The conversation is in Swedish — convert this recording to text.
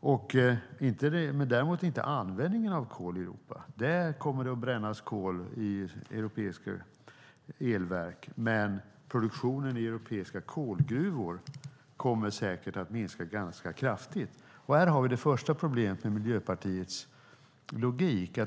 Det minskar dock inte användningen av kol i Europa. Det kommer att brännas kol i europeiska elverk, men produktionen i europeiska kolgruvor kommer säkert att minska kraftigt. Här har vi det första problemet med Miljöpartiets logik.